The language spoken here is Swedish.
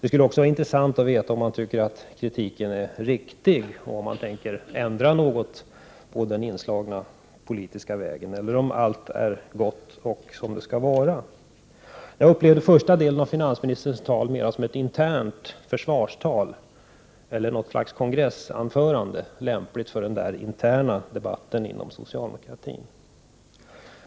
Det skulle också vara intressant att veta om han tycker att kritiken är riktig och om han tänker ändra något i fråga om den inslagna politiska vägen eller om allt är som det skall vara. Jag upplevde första delen av finansministerns tal som ett internt försvarstal —- eller något slags kongressanförande, lämpligt för den interna debatten inom socialdemokratin.